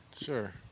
Sure